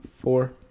four